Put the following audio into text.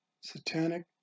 Satanic